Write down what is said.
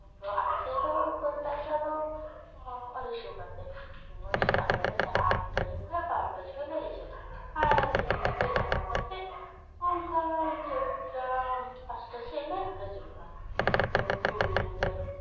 ᱟᱫᱚ ᱟᱞᱮ ᱥᱮᱡ ᱫᱚ ᱠᱷᱚᱨᱪᱟ ᱦᱤᱥᱟ ᱫᱚ ᱟᱹᱲᱟᱹᱭ ᱥᱚ ᱠᱟᱛᱮ ᱡᱮᱢᱚᱱ ᱥᱮᱛᱟᱜ ᱵᱮᱞᱟ ᱞᱮ ᱪᱟᱞᱟᱜᱼᱟ ᱟᱴᱼᱴᱟ ᱡᱚᱠᱷᱚᱡ ᱵᱟᱨᱚ ᱴᱟ ᱡᱚᱠᱷᱚᱰ ᱞᱮ ᱦᱤᱡᱩᱜᱼᱟ ᱟᱨ ᱛᱤᱱᱴᱟ ᱡᱚᱠᱷᱚᱡ ᱪᱟᱞᱟᱣ ᱠᱟᱛᱮ ᱚᱱᱠᱟ ᱪᱟᱹᱴᱼᱴᱟ ᱯᱟᱸᱥ ᱴᱟ ᱥᱮᱡ ᱞᱮ ᱦᱟᱹᱡᱩᱜᱼᱟ ᱟᱫᱚ ᱦᱳᱲᱳ ᱞᱮ ᱨᱚᱦᱚᱭᱟ